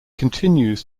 continues